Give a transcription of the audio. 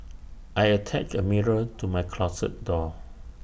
I attached A mirror to my closet door